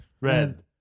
Red